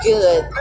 Good